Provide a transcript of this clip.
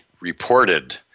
reported